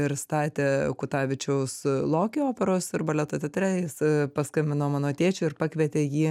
ir statė kutavičiaus lokio operos ir baleto teatre jis paskambino mano tėčiui ir pakvietė jį